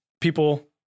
people